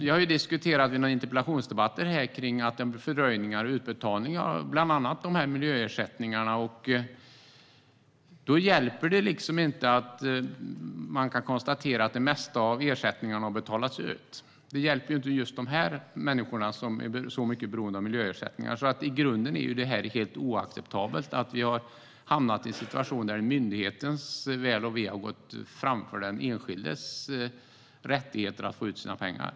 Vi har i några interpellationsdebatter diskuterat fördröjningar av utbetalningar av bland annat dessa miljöersättningar. Då hjälper det inte att man kan konstatera att det mesta av ersättningarna har betalats ut. Det hjälper inte just dessa människor, som i så hög grad är beroende av miljöersättningar. I grunden är det helt oacceptabelt att vi har hamnat i en situation där myndighetens väl och ve har gått före den enskildes rättigheter att få ut sina pengar.